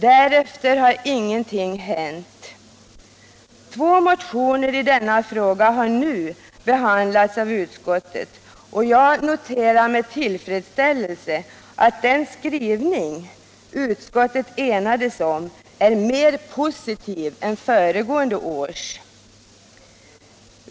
Därefter har ingenting hänt. Två motioner i denna fråga har nu behandlats av utskottet, och jag noterar med tillfredsställelse att den skrivning som utskottet enats om är mer positiv än föregående års.